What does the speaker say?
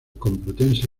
complutense